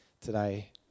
today